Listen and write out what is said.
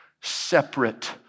separate